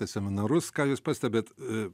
seminarus ką jūs pastebit